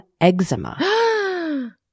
eczema